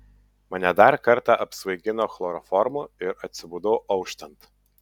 mane dar kartą apsvaigino chloroformu ir atsibudau auštant